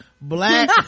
Black